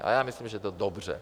A já myslím, že je to dobře.